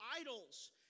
idols